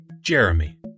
Jeremy